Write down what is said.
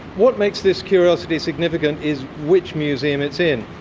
what makes this curiosity significant is which museum it's in.